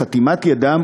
בחתימת ידם,